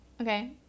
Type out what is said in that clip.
okay